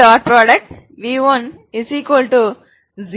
v1u2 v1 v1